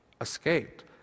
escaped